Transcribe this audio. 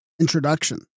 Introduction